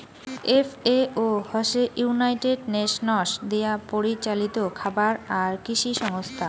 FAO হসে united nations দিয়াপরিচালিত খাবার আর কৃষি সংস্থা